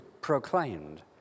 proclaimed